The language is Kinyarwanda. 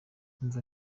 imvo